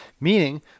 meaning